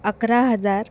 अकरा हजार